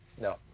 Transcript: No